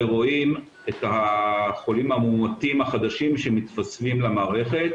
ורואים את החולים המאומתים החדשים שמתווספים למערכת,